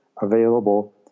available